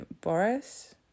Boris